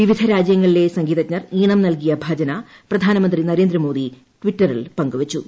വിവിധ രാജ്യങ്ങളിലെ സംഗ്ലീത്ജ്ഞർ ഈണം നൽകിയ ഭജന പ്രധാനമന്ത്രി നരേന്ദ്രമോദി ട്വിറ്റുപിൽ പങ്കു വച്ചു